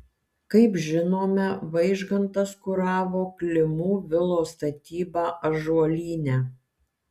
kaip žinome vaižgantas kuravo klimų vilos statybą ąžuolyne